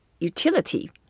utility